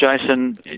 jason